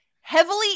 heavily